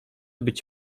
być